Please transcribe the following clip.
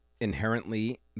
Inherently